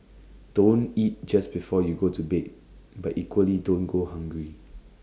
don't eat just before you go to bed but equally don't go hungry